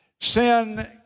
Sin